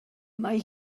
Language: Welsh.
mae